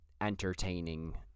Entertaining